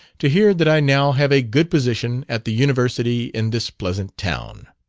to hear that i now have a good position at the university in this pleasant town.